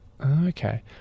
Okay